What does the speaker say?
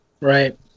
right